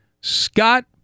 Scott